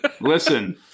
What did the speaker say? Listen